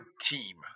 team